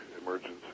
emergency